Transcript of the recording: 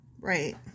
Right